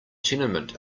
tenement